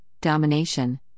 domination